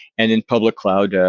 and in public cloud, ah